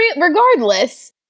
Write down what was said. regardless